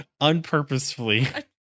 unpurposefully